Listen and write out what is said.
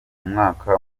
umwaka